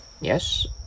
Yes